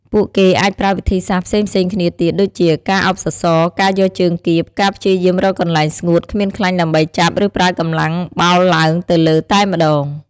ពួកគេអាចប្រើវិធីសាស្រ្តផ្សេងៗគ្នាទៀតដូចជា ការឱបសសរ ការយកជើងគៀប ការព្យាយាមរកកន្លែងស្ងួតគ្មានខ្លាញ់ដើម្បីចាប់ ឬប្រើកម្លាំងបោលឡើងទៅលើតែម្តង។